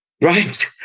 Right